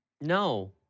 No